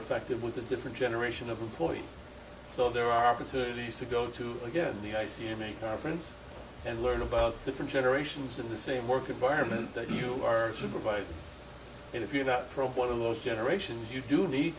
effective with a different generation of employees so there are opportunities to go to again the i c in a conference and learn about different generations in the same work environment that you are supervising and if you're not from one of those generations you do need